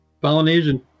Polynesian